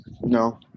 No